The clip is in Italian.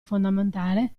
fondamentale